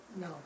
No